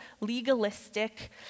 legalistic